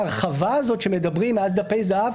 ההרחבה הזאת שמדברים עליה מאז דפי זהב,